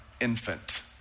infant